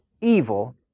evil